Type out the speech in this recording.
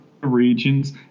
regions